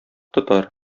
тотар